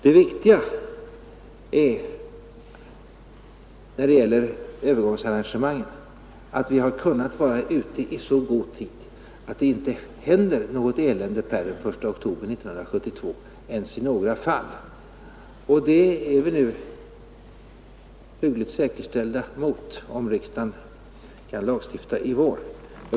Det viktiga när det gäller övergångsarrangemangen är att vi har kunnat vara ute i så god tid, att det inte händer något elände ens i några fall per den 1 oktober 1972. Vi är nu hyggligt säkerställda mot detta, om riksdagen kan lagstifta i vår.